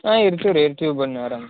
ಹಾಂ ಇರ್ತಿವಿ ರೀ ಇರ್ತಿವಿ ಬನ್ನಿ ಆರಾಮ